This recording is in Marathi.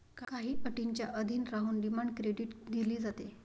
काही अटींच्या अधीन राहून डिमांड क्रेडिट दिले जाते